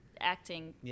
acting